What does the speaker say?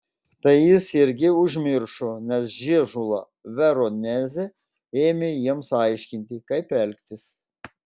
tai jis irgi užmiršo nes žiežula veronezė ėmė jiems aiškinti kaip elgtis